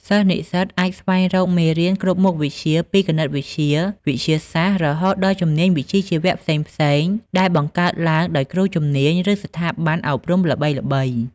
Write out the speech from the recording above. សិស្សនិស្សិតអាចស្វែងរកមេរៀនគ្រប់មុខវិជ្ជា ពីគណិតវិទ្យា វិទ្យាសាស្ត្រ រហូតដល់ជំនាញវិជ្ជាជីវៈផ្សេងៗ ដែលបង្កើតឡើងដោយគ្រូជំនាញ ឬស្ថាប័នអប់រំល្បីៗ។